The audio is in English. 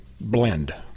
blend